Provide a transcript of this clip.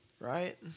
Right